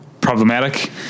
problematic